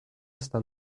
está